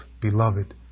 beloved